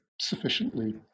sufficiently